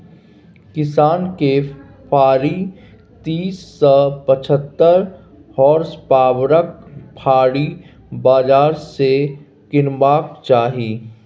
किसान केँ फारी तीस सँ पचहत्तर होर्सपाबरक फाड़ी बजार सँ कीनबाक चाही